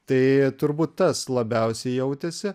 tai turbūt tas labiausiai jautėsi